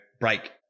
break